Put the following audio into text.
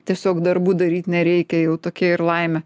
tiesiog darbų daryt nereikia jau tokia ir laimė